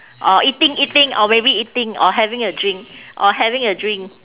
or eating eating or maybe eating or having a drink or having a drink